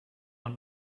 not